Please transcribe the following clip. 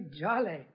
jolly